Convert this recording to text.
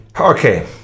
Okay